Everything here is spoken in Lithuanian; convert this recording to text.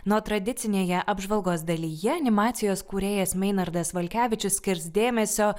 na o tradicinėje apžvalgos dalyje animacijos kūrėjas meinardas valkevičius skirs dėmesio